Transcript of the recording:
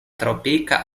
tropika